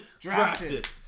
Drafted